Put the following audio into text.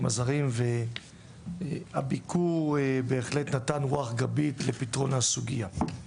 הזרים והביקור בהחלט נתן רוח גבית לפתרון הסוגיה.